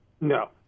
no